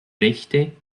rechte